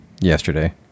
yesterday